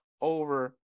over